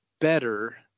better